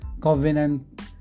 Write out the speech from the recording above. covenant